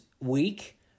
week